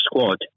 squad